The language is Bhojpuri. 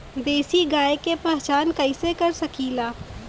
देशी गाय के पहचान कइसे कर सकीला?